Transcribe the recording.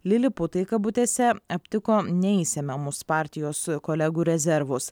liliputai kabutėse aptiko neišsemiamus partijos kolegų rezervus